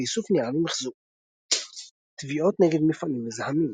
באיסוף נייר למיחזור תביעות נגד מפעלים מזהמים